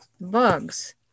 bugs